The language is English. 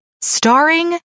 Starring